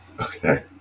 okay